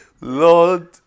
Lord